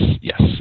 yes